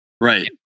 Right